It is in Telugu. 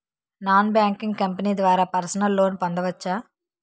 నాన్ బ్యాంకింగ్ కంపెనీ ద్వారా పర్సనల్ లోన్ పొందవచ్చా?